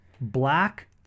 black